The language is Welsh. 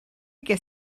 ges